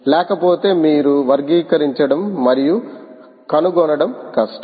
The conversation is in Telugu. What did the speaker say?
లేకపోతే మీరు వర్గీకరించడం మరియు కనుగొనడం కష్టం